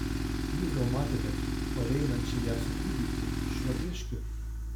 jūs gal matėte pareinančią ją su kūdikiu šiuo vieškeliu